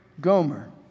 Gomer